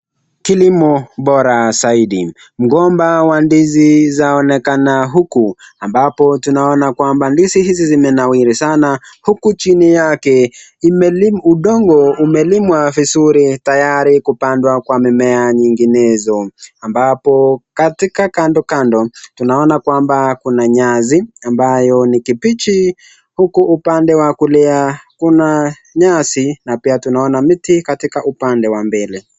Kilimo bora zaidi. Mgomba wa ndizi zaonekana huku ambapo tunaona kwamba ndizi hizi zimenawiri sana huku chini yake udongo umelimwa vizuri tayari kupandwa kwa mimea nyinginezo. Ambapo katika kando kando tunaona kwamba kuna nyasi ambayo ni kibichi, huku upande wa kulia kuna nyasi na pia tunaona miti katika upande wa mbele.